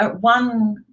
one